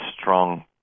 strong